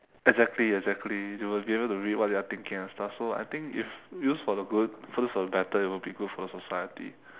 exactly exactly you will be able to read what they're thinking and stuff so I think if use for the good use for the better it'll be good for the society